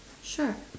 sure